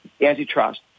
antitrust